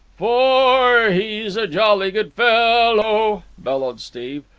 fo-or he's a jolly good fellow, bellowed steve.